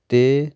ਅਤੇ